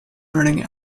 learning